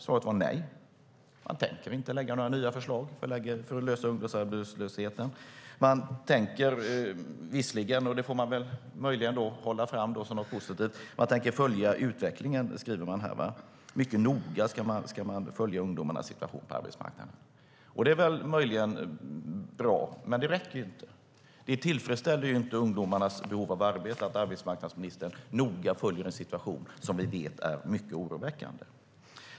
Svaret var nej. Regeringen tänker inte lägga fram några nya förslag för att lösa ungdomsarbetslösheten. Den tänker visserligen, och det får man möjligen hålla som något positivt, följa utvecklingen, som det sägs i svaret. Den ska mycket noga följa ungdomarnas situation på arbetsmarknaden. Det är möjligen bra, men det räcker inte. Det tillfredsställer inte ungdomarnas behov av arbete att arbetsmarknadsministern noga följer en situation som vi vet är mycket oroväckande.